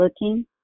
looking